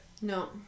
No